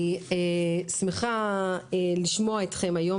אני שמחה לשמוע אתכם היום,